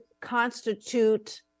constitute